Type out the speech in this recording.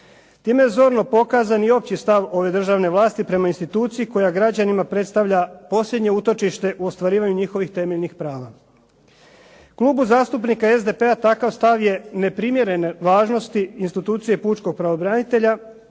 Time je zorno pokazan i opći stav ove državne vlasti prema instituciji koja građanima predstavlja posljednje utočište u ostvarivanju njihovih temeljnih prava. Klubu zastupnika SDP-a takav stav je neprimjeren važnosti institucije pučkog pravobranitelja,